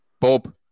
Bob